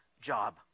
job